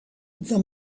the